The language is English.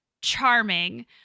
charming